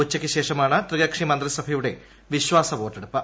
ഉച്ചക്ക് ശേഷമാണ് ത്രികക്ഷി മന്ത്രിസഭയുടെ വിശ്വാസ വോട്ടെടുപ്പ്